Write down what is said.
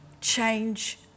change